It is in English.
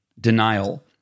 denial